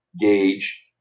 gauge